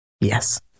Yes